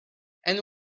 air